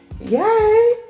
Yay